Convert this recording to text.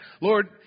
Lord